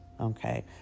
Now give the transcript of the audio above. okay